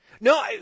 No